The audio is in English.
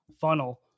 funnel